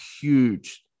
huge